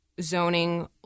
zoning